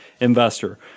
investor